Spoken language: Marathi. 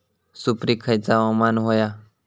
सुपरिक खयचा हवामान होया?